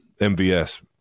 MVS